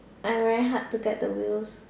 I'm very hard to get the wheels